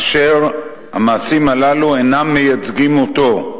אשר המעשים הללו אינם מייצגים אותו.